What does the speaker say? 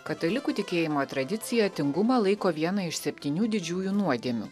katalikų tikėjimo tradicija tingumą laiko viena iš septynių didžiųjų nuodėmių